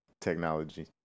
technology